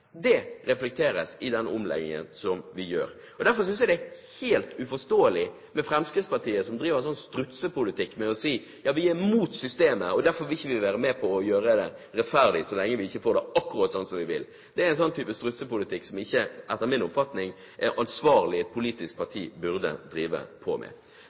Det reflekteres i den omleggingen vi gjør. Derfor synes jeg det er helt uforståelig at Fremskrittspartiet driver strutsepolitikk ved å si: Vi er imot systemet, og vi vil ikke være med på å gjøre det rettferdig så lenge vi ikke får det akkurat sånn som vi vil. Det er en type strutsepolitikk som et ansvarlig politisk parti etter min oppfatning ikke burde drive med. Det andre vi gjør, er